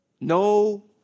No